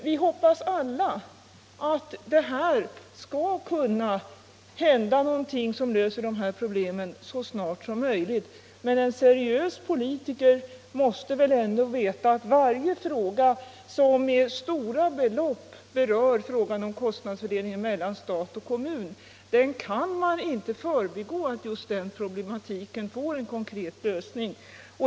Vi hoppas alla att det skall hända någonting som löser de här problemen så snart som möjligt. Men en seriös politiker måste ändå veta att man i ärenden som med stora belopp berör frågan om kostnadsfördelning mellan stat och kommun inte kan förbigå det faktum att den problematiken måste få en konkret lösning.